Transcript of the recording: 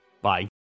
Bye